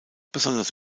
besonders